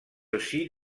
aussi